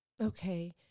Okay